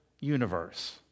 universe